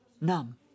numb